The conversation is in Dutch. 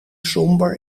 somber